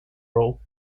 role